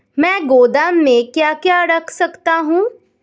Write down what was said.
मैं गोदाम में क्या क्या रख सकता हूँ?